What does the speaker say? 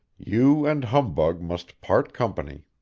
you and humbug must part company.